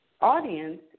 audience